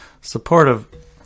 Supportive